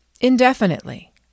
indefinitely